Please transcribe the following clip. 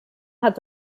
hat